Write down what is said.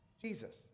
Jesus